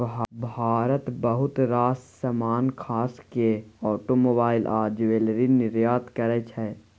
भारत बहुत रास समान खास केँ आटोमोबाइल आ ज्वैलरी निर्यात करय छै